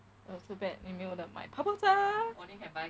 oh so bad 你没有的买泡泡茶